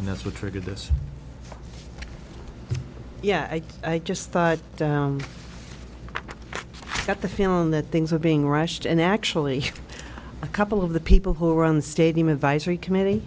and that's what triggered this yeah i just thought that the feeling that things are being rushed and actually a couple of the people who are on stadium advisory committee